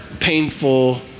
painful